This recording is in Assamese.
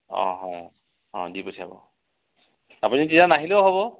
অঁ অ অঁ দি পঠিয়াব আপুনি তেতিয়া নাহিলেও হ'ব